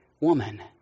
woman